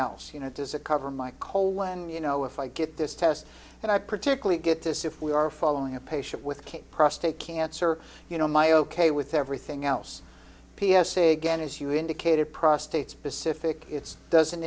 else you know does it cover my colon you know if i get this test and i particularly get this if we are following a patient with k prostate cancer you know my ok with everything else p s a again as you indicated prostate specific it's doesn't